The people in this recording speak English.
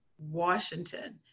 Washington